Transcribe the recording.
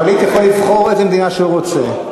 הפליט יכול לבחור איזו מדינה שהוא רוצה על פני הגלובוס.